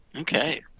Okay